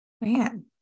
Man